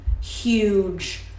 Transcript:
huge